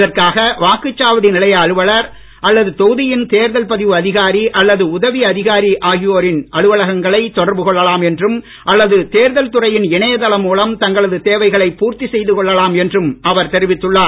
இதற்காக வாக்குச்சாவடி நிலைய அலுவலர் அல்லது தொகுதியின் தேர்தல் பதிவு அதிகாரி அல்லது உதவி அதிகாரி ஆகியோர் அலுவலகங்களை தொடர்பு கொள்ளலாம் என்றும் அல்லது தேர்தல் துறையின் இணையதளம் மூலம் தங்களது தேவைகளை தெரிவித்துள்ளார்